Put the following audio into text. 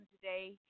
today